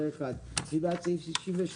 הצבעה סעיף 85(52)